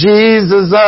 Jesus